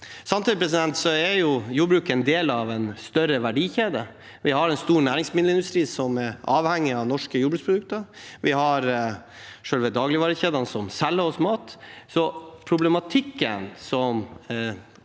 Samtidig er jordbruket en del av en større verdikjede. Vi har en stor næringsmiddelindustri som er avhengig av norske jordbruksprodukter. Vi har selve dagligvarekjedene som selger oss mat. Problematikken rundt